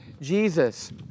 Jesus